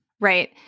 Right